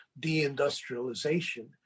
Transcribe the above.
deindustrialization